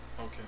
Okay